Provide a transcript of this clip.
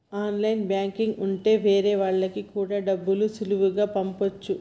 online banking ఉంటె వేరే వాళ్ళకి కూడా డబ్బులు సులువుగా పంపచ్చు